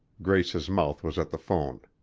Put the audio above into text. grace's mouth was at the phone.